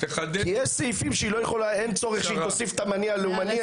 כי יש סעיפים שאין צורך שהיא תוסיף את המניע הלאומני,